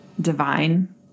divine